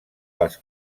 les